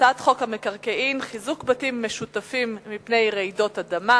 הצעת חוק המקרקעין (חיזוק בתים משותפים מפני רעידות אדמה)